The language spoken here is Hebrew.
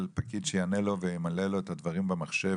פקיד שיענה לו וימלא לו את הדברים במחשב,